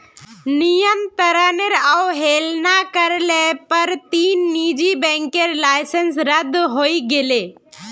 नियंत्रनेर अवहेलना कर ल पर तीन निजी बैंकेर लाइसेंस रद्द हई गेले